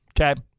Okay